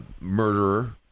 murderer